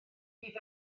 bydd